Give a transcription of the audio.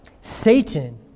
Satan